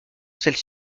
celle